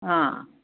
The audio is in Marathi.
हां